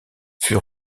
fut